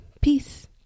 Peace